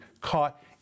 caught